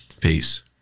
Peace